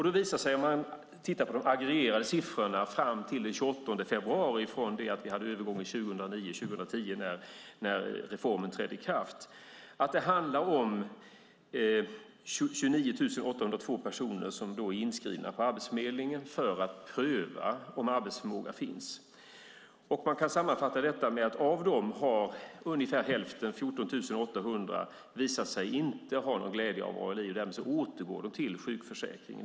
Det visar sig om man tittar på de aggregerade siffrorna fram till den 28 februari från det att vi hade övergången 2009-2010 när reformen trädde i kraft att det handlar om 29 802 personer som är inskrivna på Arbetsförmedlingen för att pröva om arbetsförmåga finns. Man kan sammanfatta detta med att av dessa har ungefär hälften, 14 800, visat sig inte ha någon glädje av ALI. Därmed återgår de till sjukförsäkringen.